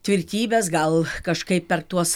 tvirtybės gal kažkaip per tuos